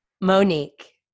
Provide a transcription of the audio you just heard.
Monique